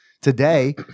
today